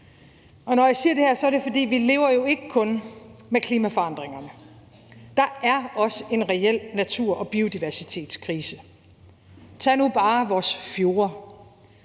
Når jeg siger det her, er det, fordi vi jo ikke kun lever med klimaforandringerne; der er også en reel natur- og biodiversitetskrise. Tag nu bare vores fjorde.